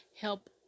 help